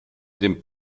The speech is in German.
den